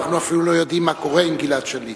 אנחנו אפילו לא יודעים קורה עם גלעד שליט.